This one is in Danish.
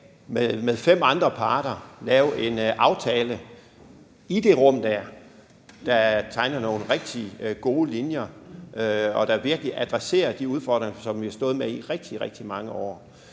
med fem andre parter lave en aftale i det rum dér, der tegner nogle rigtig gode linjer og virkelig adresserer de udfordringer, som vi har stået med i rigtig, rigtig mange år.